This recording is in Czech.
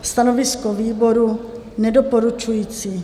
Stanovisko výboru: Nedoporučující.